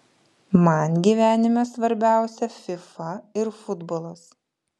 man gyvenime svarbiausia fifa ir futbolas